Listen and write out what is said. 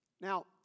Now